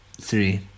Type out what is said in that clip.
three